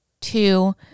two